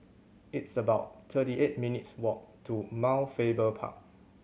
it's about thirty eight minutes' walk to Mount Faber Park